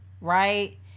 Right